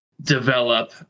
develop